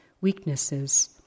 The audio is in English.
weaknesses